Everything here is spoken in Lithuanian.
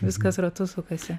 viskas ratu sukasi